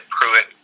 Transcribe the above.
Pruitt